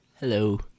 Hello